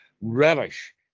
relish